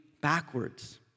backwards